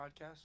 podcast